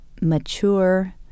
mature